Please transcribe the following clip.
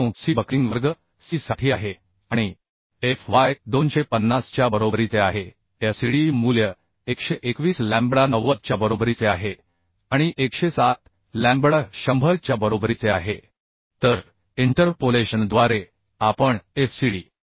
तक्ता 9 C buckling वर्ग C साठी आहे आणि Fy 250 च्या बरोबरीचे आहेFCD मूल्य 121 लॅम्बडा 90 च्याबरोबरीचे आहे आणि 107 लॅम्बडा 100 च्या बरोबरीचे आहे तर इंटरपोलेशनद्वारे आपण FCD